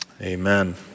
amen